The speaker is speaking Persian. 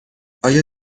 آیا